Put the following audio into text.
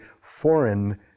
foreign